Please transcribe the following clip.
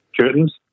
curtains